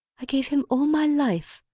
i gave him all my life.